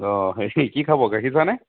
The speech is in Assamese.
অঁ কি খাব গাখীৰ চাহ নে